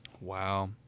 wow